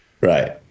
Right